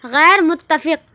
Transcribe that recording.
غیرمتفق